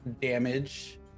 damage